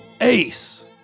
Ace